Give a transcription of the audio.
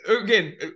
again